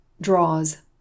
Draws